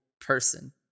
person